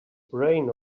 brain